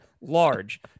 large